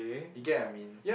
you get I mean